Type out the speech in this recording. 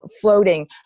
floating